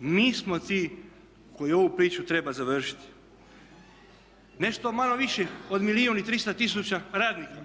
Mi smo ti koji ovu priču trebaju završiti. Nešto malo više od milijun i 300 tisuća radnika